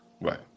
Right